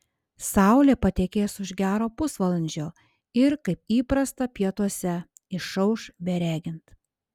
saulė patekės už gero pusvalandžio ir kaip įprasta pietuose išauš beregint